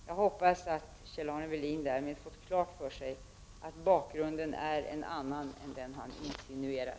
Jag hoppas att Kjell-Arne Welin därmed fått klart för sig att bakgrunden är en annan än den han insinuerar.